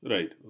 Right